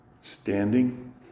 standing